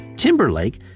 Timberlake